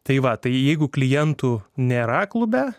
tai va tai jeigu klientų nėra klube